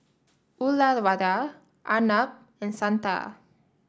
Uyyalawada Arnab and Santha